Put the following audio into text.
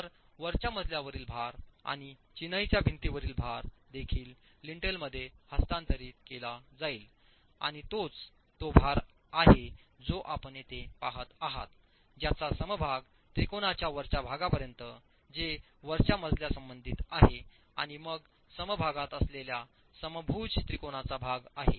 तर वरच्या मजल्यावरील भार आणि चिनाईच्या भिंतीवरील भार देखील लिंटेलमध्ये हस्तांतरित केला जाईल आणि तोच तो भार आहे जो आपण येथे पहात आहात ज्याचा समभाग त्रिकोणाच्या वरच्या भागापर्यंत जे वरच्या मजल्या संबंधित आहे आणि मग समभागात असलेल्या समभुज त्रिकोणाचा भाग आहे